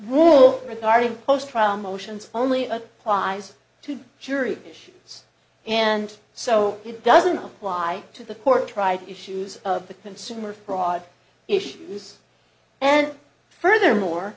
rule regarding post trial motions only a prize to jury issue and so it doesn't apply to the court try to issues the consumer fraud issues and furthermore